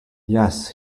yes